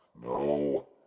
No